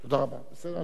דיון על דיון.